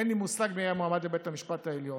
אין לי מושג מי יהיה המועמד לבית המשפט העליון.